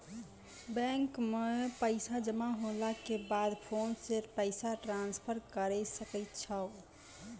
bank मे पैसा जमा होला के बाद फोन से पैसा ट्रांसफर करै सकै छौ